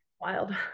wild